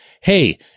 hey